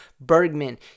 Bergman